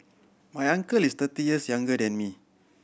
my uncle is thirty years younger than me